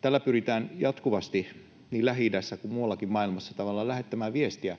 Tällä pyritään jatkuvasti niin Lähi-idässä kuin muuallakin maailmassa tavallaan lähettämään viestiä